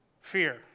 Fear